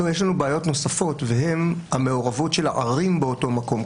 יש לנו בעיות נוספות והן המעורבות של הערים באותו מקום,